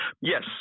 Yes